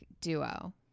duo